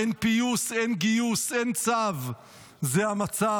אין פיוס, אין גיוס, אין צו, זה המצב.